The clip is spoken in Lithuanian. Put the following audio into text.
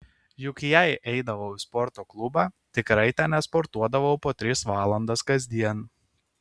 juk jei eidavau į sporto klubą tikrai ten nesportuodavau po tris valandas kasdien